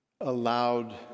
allowed